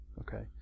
Okay